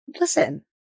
Listen